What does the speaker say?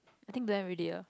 I think don't have already lah